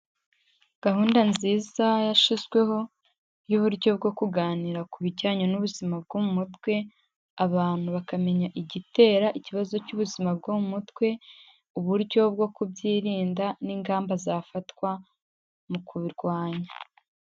Gahunda nziza yashizweho y'uburyo bwo kuganira ku bijyanye n'ubuzima bwo mu mutwe, abantu bakamenya igitera ikibazo cy'ubuzima bwo mu mutwe, uburyo bwo kubyirinda n'ingamba zafatwa mu kubirwanya.